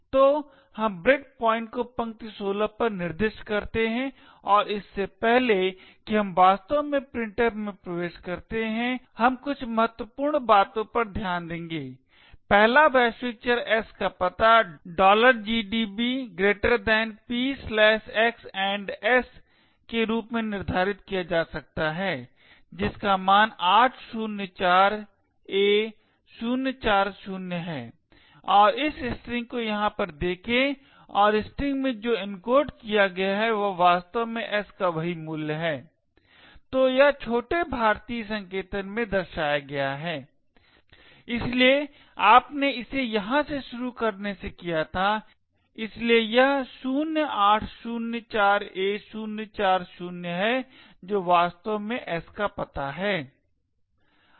तो हम break point को पंक्ति 16 पर निर्दिष्ट करते हैं और इससे पहले कि हम वास्तव में printf में प्रवेश करते हैं हम कुछ महत्वपूर्ण बातों पर ध्यान देंगे पहला वैश्विक चर s का पता gdb pxs के रूप में निर्धारित किया जा सकता है जिसका मान 804a040 है और इस स्ट्रिंग को यहां पर देखें और स्ट्रिंग में जो एनकोड किया गया है वह वास्तव में s का वही मूल्य है तो यह छोटे भारतीय संकेतन में दर्शाया गया है इसलिए आपने इसे यहां से शुरू करने से किया था इसलिए यह 0804a040 है जो वास्तव में s का पता है